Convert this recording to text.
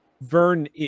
Vern